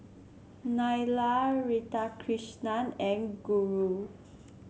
Neila Radhakrishnan and Guru